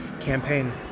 campaign